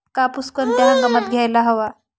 कापूस कोणत्या हंगामात घ्यायला हवा?